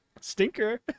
stinker